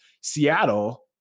Seattle